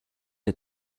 est